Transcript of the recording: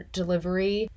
delivery